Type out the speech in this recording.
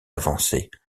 avancées